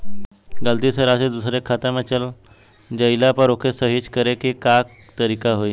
गलती से राशि दूसर के खाता में चल जइला पर ओके सहीक्ष करे के का तरीका होई?